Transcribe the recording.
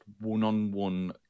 one-on-one